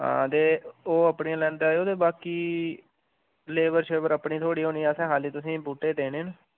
हां ते ओह् अपनियां लैंदे आएयो दे बाकी लेबर शेबर अपनी थुआढ़ी होनी ऐ असें खाल्ली तुसेंगी बूह्टे देने न